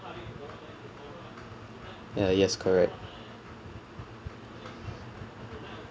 ah yes correct